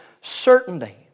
certainty